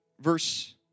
verse